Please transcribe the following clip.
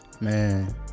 man